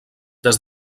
des